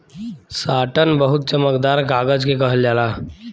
satin बहुत चमकदार कागज के कहल जाला